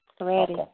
Ready